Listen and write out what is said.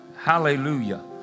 Hallelujah